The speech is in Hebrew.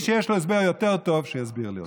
מי שיש לו הסבר יותר טוב שיסביר לי אותו.